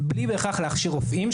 בלי להכשיר בהכרח רופאים,